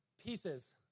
pieces